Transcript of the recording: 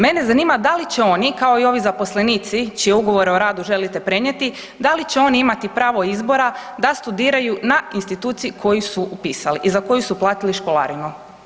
Mene zanima da li će oni kao i ovi zaposlenici čije ugovore o radu želite prenijeti da li će oni imati pravo izbora da studiraju na instituciji koju su upisali i za koju su platili školarinu?